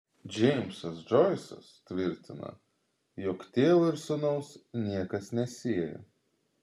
džeimsas džoisas tvirtina jog tėvo ir sūnaus niekas nesieja